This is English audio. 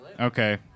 Okay